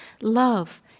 Love